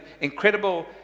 incredible